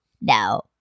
now